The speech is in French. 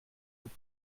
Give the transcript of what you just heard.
vous